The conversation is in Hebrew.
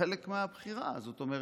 חלק מהבחירה, זאת אומרת,